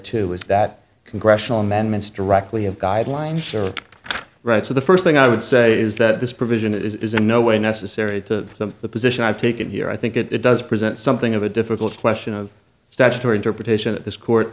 too is that congressional amendments directly have guidelines sure right so the first thing i would say is that this provision is in no way necessary to the position i've taken here i think it does present something of a difficult question of statutory interpretation that this court